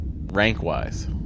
rank-wise